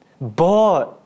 bored